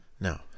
No